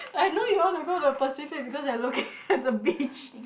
I know you want to go to the Pacific because you are looking at the beach